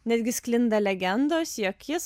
netgi sklinda legendos jog jis